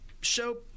show